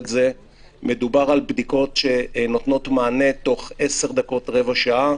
מדובר על בדיקות שנותנות מענה תוך 10 דקות-רבע שעה.